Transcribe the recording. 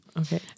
Okay